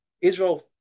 Israel